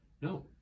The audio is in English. no